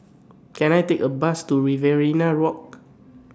Can I Take A Bus to Riverina Walk